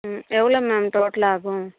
ம் எவ்வளோ மேம் டோட்டலா ஆகும்